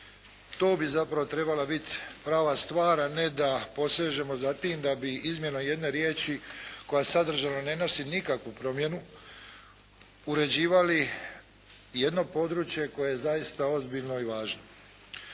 To bi zapravo trebala biti prava stvar a ne da posežemo za tim da bi izmjena jedne riječi koja sadržajno ne nosi nikakvu promjenu uređivali jedno područje koje je zaista ozbiljno i važno.